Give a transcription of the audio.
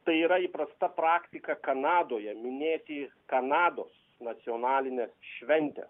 tai yra įprasta praktika kanadoje minėti kanados nacionalinę šventę